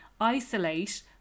isolate